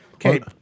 Okay